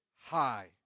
high